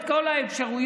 את כל האפשרויות,